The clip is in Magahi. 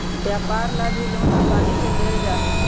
व्यापार ला भी लोन आसानी से देयल जा हई